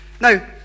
Now